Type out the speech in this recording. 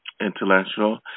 intellectual